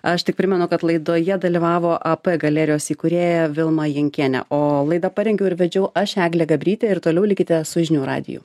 aš tik primenu kad laidoje dalyvavo ap galerijos įkūrėja vilma jankienė o laidą parengiau ir vedžiau aš eglė gabrytė ir toliau likite su žinių radiju